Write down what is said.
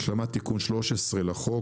השלמת תיקון 13 לחוק,